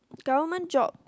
government job